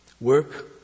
Work